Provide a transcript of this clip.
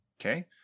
Okay